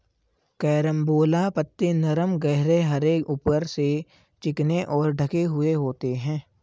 carambola पत्ते नरम गहरे हरे ऊपर से चिकने और ढके हुए होते हैं